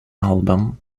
album